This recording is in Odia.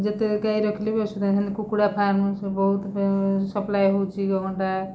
ଯେତେ ଗାଈ ରଖିଲେ ବି ଅସୁବିଧା ନାଇଁ ହେଲେ କୁକୁଡ଼ା ଫାର୍ମ ବହୁତ ସପ୍ଲାଏ ହେଉଛି ଅଣ୍ଡା